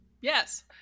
Yes